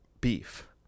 beef